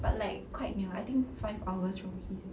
but like quite near I think five hours from he is